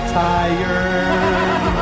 tired